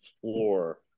floor